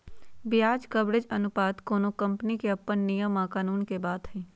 ब्याज कवरेज अनुपात कोनो कंपनी के अप्पन नियम आ कानून के बात हई